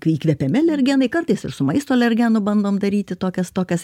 kai įkvepiami alergenai kartais ir su maisto alergenu bandom daryti tokias tokias